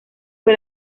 fue